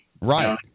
Right